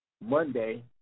Monday